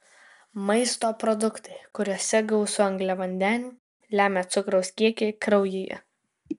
maisto produktai kuriuose gausu angliavandenių lemia cukraus kiekį kraujyje